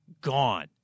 gone